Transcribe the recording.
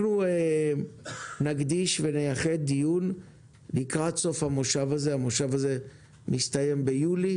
אנחנו נקדיש ונייחד דיון לקראת סוף המושב הזה שמסתיים ביולי.